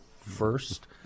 first